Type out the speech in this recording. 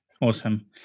Awesome